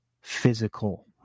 physical